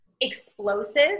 explosive